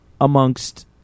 amongst